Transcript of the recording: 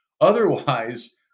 Otherwise